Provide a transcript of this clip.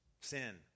sin